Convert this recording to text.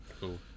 Cool